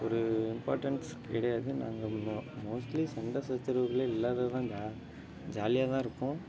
ஒரு இம்பார்ட்டன்ஸ் கிடையாது நாங்கள் மோ மோஸ்ட்லி சண்டை சச்சரவுகளே இல்லாத தான் ஜா ஜாலியாக தான் இருப்போம்